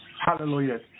hallelujah